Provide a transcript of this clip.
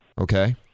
Okay